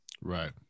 right